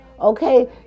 Okay